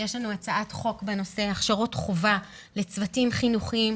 יש לנו הצעת חוק בנושא הכשרות חובה לצוותים חינוכיים,